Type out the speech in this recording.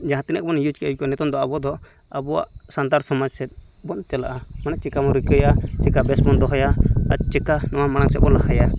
ᱡᱟᱦᱟᱸ ᱛᱤᱱᱟᱹᱜ ᱜᱮᱵᱚᱱ ᱤᱭᱩᱡᱽ ᱠᱮᱫ ᱱᱤᱛᱚᱝ ᱫᱚ ᱟᱵᱚ ᱫᱚ ᱟᱵᱚᱣᱟᱜ ᱥᱟᱱᱛᱟᱲ ᱥᱚᱢᱟᱡᱽ ᱥᱮᱫ ᱵᱚᱱ ᱪᱟᱞᱟᱜᱼᱟ ᱢᱟᱱᱮ ᱪᱮᱠᱟ ᱵᱚᱱ ᱨᱤᱠᱟᱹᱭᱟ ᱪᱮᱠᱟ ᱵᱮᱥᱵᱚᱱ ᱫᱚᱦᱚᱭᱟ ᱟᱨ ᱪᱮᱠᱟ ᱱᱚᱣᱟ ᱢᱟᱲᱟᱝ ᱥᱮᱫ ᱵᱚᱱ ᱞᱟᱦᱟᱭᱟ